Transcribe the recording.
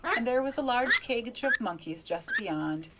and there was a large cage of monkeys just beyond,